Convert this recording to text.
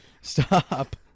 Stop